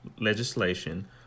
legislation